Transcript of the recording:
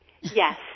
Yes